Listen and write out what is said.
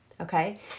Okay